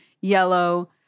Yellow